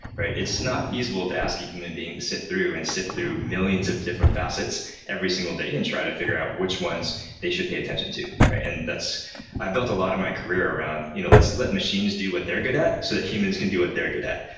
it's not feasible to ask a human being to sit through and sift through millions of different facets every single day and try to figure out which ones they should pay attention to. and i've built a lot of my career around you know let's let machines do what they're good at so that humans can do what they're good at.